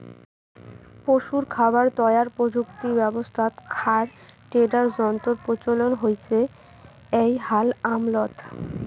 পশুর খাবার তৈয়ার প্রযুক্তি ব্যবস্থাত খ্যার টেডার যন্ত্রর প্রচলন হইচে এ্যাই হাল আমলত